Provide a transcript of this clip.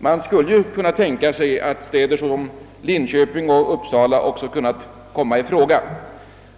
Man skulle ju kunna tänka sig att städer som Linköping och Uppsala också kunnat komma i fråga.